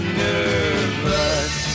nervous